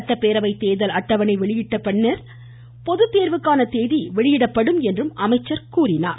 சட்டப்பேரவை தேர்தல் வெளியிடப்பட்ட பின்னர் பொதுத்தேர்வுக்கான தேதி வெளியிடப்படும் என்றும் அமைச்சர் கூறினார்